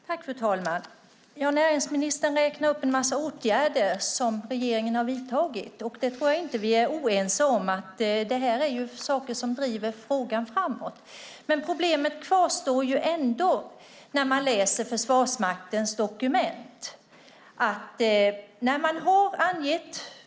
Fru talman! Näringsministern räknar upp en massa åtgärder som regeringen har vidtagit, och jag tror inte att vi är oense om att det är saker som driver frågan framåt. Men problemet kvarstår ändå när man läser Försvarsmaktens dokument.